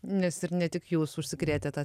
nes ir ne tik jūs užsikrėtę tą